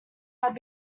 have